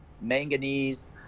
manganese